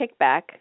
kickback